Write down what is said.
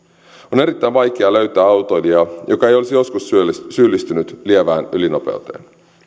on erittäin vaikea löytää autoilijaa joka ei olisi joskus syyllistynyt syyllistynyt lievään ylinopeuteen